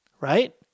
right